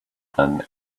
than